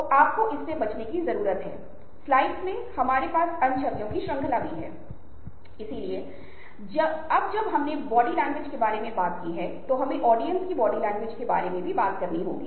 तो आपको क्या लगता है कि यदि आप एक भारतीय महिला के यहाँ और अमेरिका में एक अश्वेत व्यक्ति के बीच एक ही तरह से देख रहे हैं